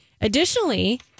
Additionally